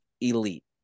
elite